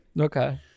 Okay